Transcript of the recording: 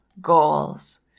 goals